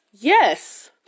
Yes